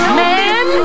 man